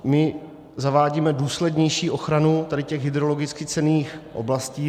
My zavádíme důslednější ochranu těch hydrologicky cenných oblastí.